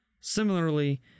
Similarly